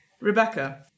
Rebecca